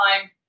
time